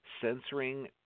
censoring